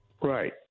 Right